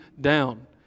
down